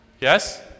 Yes